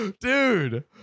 Dude